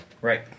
Right